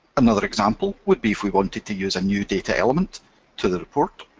another example would be if we wanted to use a new data element to the report,